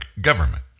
government